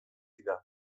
dira